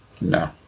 No